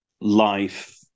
life